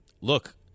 look